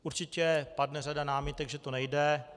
Určitě padne řada námitek, že to nejde.